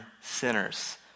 sinners